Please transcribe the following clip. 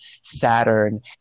Saturn